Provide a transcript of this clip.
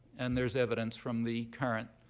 and there's evidence from the current